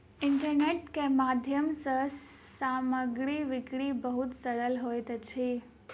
internet के माध्यम सँ सामग्री बिक्री बहुत सरल होइत अछि